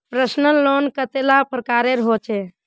Personal loan कतेला प्रकारेर होचे?